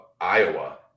Iowa